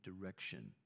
direction